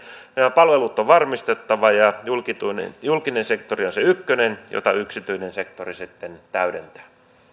palvelut on varmistettava ja julkinen sektori on se ykkönen jota yksityinen sektori sitten täydentää